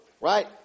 right